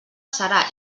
serà